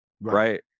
right